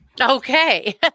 okay